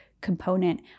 component